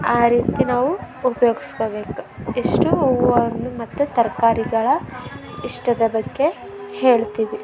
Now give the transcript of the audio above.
ಆ ರೀತಿ ನಾವು ಉಪ್ಯೋಗಿಸ್ಕೋಬೇಕು ಇಷ್ಟು ಹೂವು ಹಣ್ಣು ಮತ್ತು ತರಕಾರಿಗಳ ಇಷ್ಟದ ಬಗ್ಗೆ ಹೇಳ್ತೀವಿ